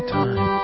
time